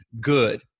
good